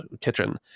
kitchen